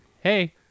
Hey